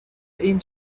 این